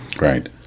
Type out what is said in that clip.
Right